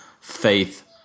faith